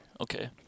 Okay